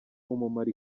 umumaro